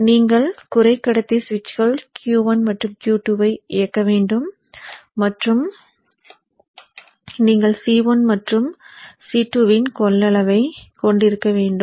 எனவே நீங்கள் குறைக்கடத்தி சுவிட்சுகள் Q 1 மற்றும் Q 2 ஐ இயக்க வேண்டும் மற்றும் நீங்கள் C 1 மற்றும் C 2ன் கொள்ளளவைக் கொண்டிருக்க வேண்டும்